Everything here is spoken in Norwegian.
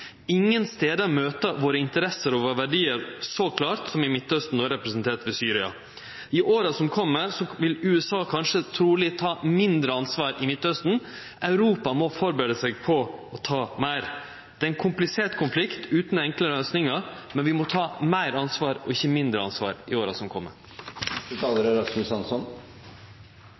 Ingen stader møtest interessene og verdiane våre så klart som i Midtausten, no representert ved Syria. I åra som kjem, vil USA kanskje truleg ta mindre ansvar i Midtausten. Europa må førebu seg på å ta meir. Det er ein komplisert konflikt utan enkle løysingar, men vi må ta meir ansvar og ikkje mindre ansvar i åra som